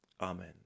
amen